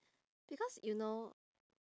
because you know